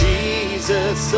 Jesus